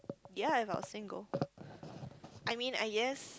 ya I got a single I mean I guess